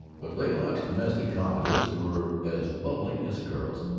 but laylock's domestic confidences were as bubbling as a girl's.